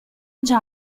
già